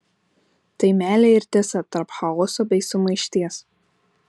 tai meilė ir tiesa tarp chaoso bei sumaišties